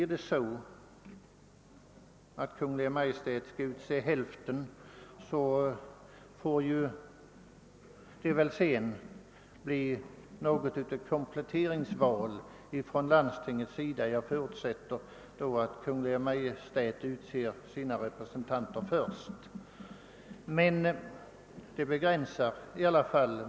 Om landstinget skall utse hälften av dessa ledamöter får väl det bli ett kompletteringsval — jag förutsätter nämligen att Kungl. Maj:t utser sina represen tanter först.